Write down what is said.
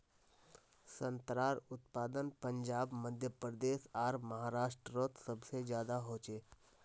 संत्रार उत्पादन पंजाब मध्य प्रदेश आर महाराष्टरोत सबसे ज्यादा होचे